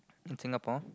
in Singapore